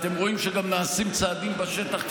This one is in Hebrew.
אתם רואים שגם נעשים צעדים בשטח,